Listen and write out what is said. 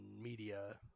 media